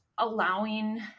allowing